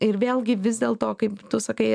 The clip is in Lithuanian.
ir vėlgi vis dėl to kaip tu sakai